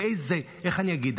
ואיך אני אגיד,